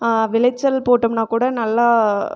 விளைச்சல் போட்டோம்னா கூட நல்லா